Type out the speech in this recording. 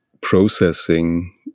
processing